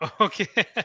Okay